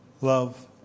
Love